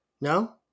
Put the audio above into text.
No